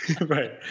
Right